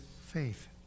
faith